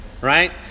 right